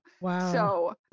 Wow